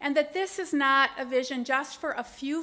and that this is not a vision just for a few